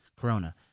corona